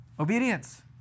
Obedience